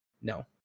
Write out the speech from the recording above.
no